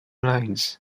lines